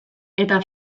eta